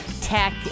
tech